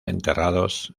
enterrados